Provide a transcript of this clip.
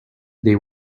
they